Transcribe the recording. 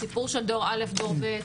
הסיפור של דור א' דור ב',